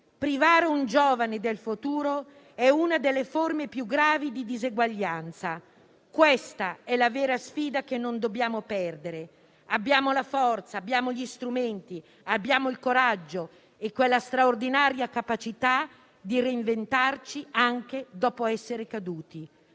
privare un giovane del futuro è una delle forme più gravi di diseguaglianza. Questa è la vera sfida che non dobbiamo perdere. Abbiamo la forza, abbiamo gli strumenti, abbiamo il coraggio e quella straordinaria capacità di reinventarci anche dopo essere caduti;